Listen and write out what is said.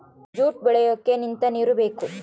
jute ಬೆಳಿಯಕ್ಕೆ ನಿಂತ ನೀರು ಬೇಕು